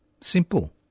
Simple